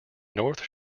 north